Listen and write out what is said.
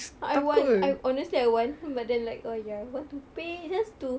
I want I honestly I want but then like err ya want to pay just to